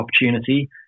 opportunity